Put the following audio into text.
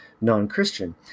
non-Christian